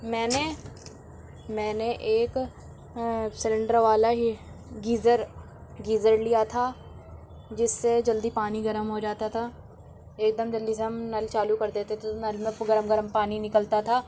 میں نے میں نے ایک سلینڈر والا ہی گیزر گیزر لیا تھا جس سے جلدی پانی گرم ہو جاتا تھا ایک دم جلدی سے ہم نل چالو کر دیتے تھے تو نل میں گرم گرم پانی نکلتا تھا